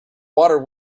water